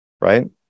right